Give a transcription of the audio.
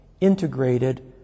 integrated